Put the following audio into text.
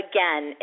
Again